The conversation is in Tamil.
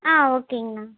ஆ ஓகேங்கண்ணா